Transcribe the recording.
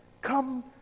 Come